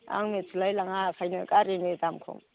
आं मिथिलायलाङा ओंखायनो गारिनि दामखौ